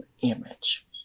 image